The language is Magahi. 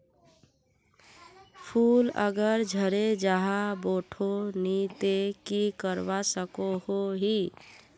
फूल अगर झरे जहा बोठो नी ते की करवा सकोहो ही?